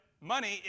money